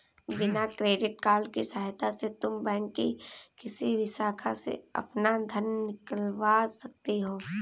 किसान credit card की सहायता से तुम बैंक की किसी भी शाखा से अपना धन निकलवा सकती हो